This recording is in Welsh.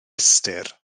ystyr